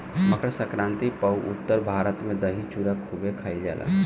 मकरसंक्रांति पअ उत्तर भारत में दही चूड़ा खूबे खईल जाला